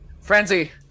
Frenzy